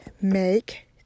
Make